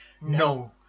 No